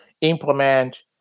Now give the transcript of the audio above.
implement